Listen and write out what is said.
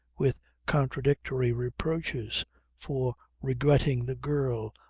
with contradictory reproaches for regretting the girl,